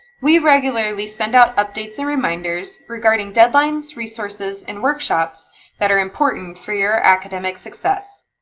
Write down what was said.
we regularly send out updates and reminders regarding deadlines, resources, and workshops that are important for your academic success.